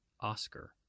Oscar